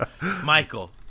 Michael